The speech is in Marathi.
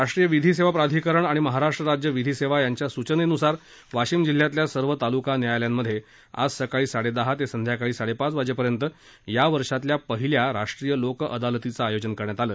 राष्टीय विधी सेवा प्राधिकरण आणि महाराष्ट राज्य विधी सेवा यांच्या सचनेनुसार वाशिम जिल्ह्यातल्या सर्व तालका न्यायालयांमध्ये आज सकाळी साडेदहा ते संध्याकाळी साडेपाच वाजेपर्यंत या वर्षातल्या पहिल्या राष्ट्रीय लोक अदालतचं आयोजन करण्यात आलं